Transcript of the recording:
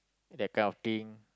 that kind of thing